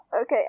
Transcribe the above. Okay